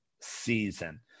season